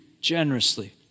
generously